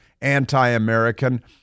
anti-American